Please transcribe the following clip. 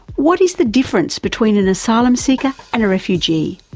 what is the difference between an asylum seeker and a refugee?